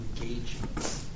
engagement